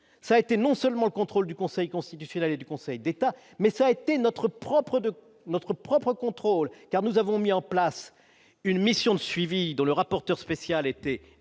ça a été non seulement le contrôle du Conseil constitutionnel et du Conseil d'État, mais ça a été notre propre de notre propre contrôle car nous avons mis en place une mission de suivi dans le rapporteur spécial été